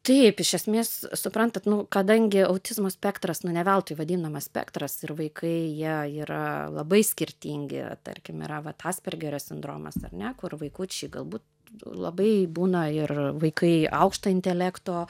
taip iš esmės suprantat nu kadangi autizmo spektras nu ne veltui vadinamas spektras ir vaikai jie yra labai skirtingi tarkim yra vat aspergerio sindromas ar ne kur vaikučiai galbūt labai būna ir vaikai aukšto intelekto